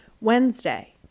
Wednesday